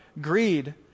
greed